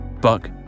Buck